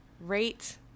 rate